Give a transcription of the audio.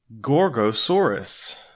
Gorgosaurus